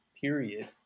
period